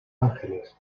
ángeles